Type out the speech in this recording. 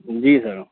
جی سر